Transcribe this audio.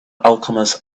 alchemist